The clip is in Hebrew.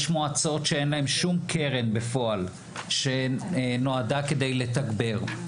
יש מועצות שאין להן שום קרן בפועל שנועדה לתגבר.